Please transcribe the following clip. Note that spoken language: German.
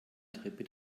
treppe